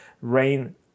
rain